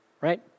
right